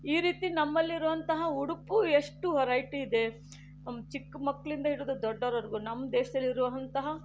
ಈ ರೀತಿ ನಮ್ಮಲ್ಲಿರುವಂತಹ ಉಡುಪು ಎಷ್ಟು ವೆರೈಟಿ ಇದೆ ಚಿಕ್ಕ ಮಕ್ಕಳಿಂದ ಹಿಡಿದು ದೊಡ್ಡವರವರೆಗೂ ನಮ್ಮ ದೇಶದಲ್ಲಿ ಇರುವಂತಹ